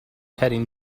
heading